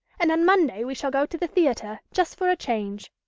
and on monday we shall go to the theatre, just for a change.